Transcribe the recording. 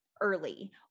early